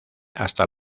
hasta